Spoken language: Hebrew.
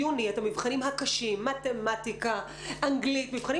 אפשר יהיה לעשות זאת ביוני כרגיל על איזה תרחישים